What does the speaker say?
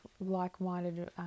like-minded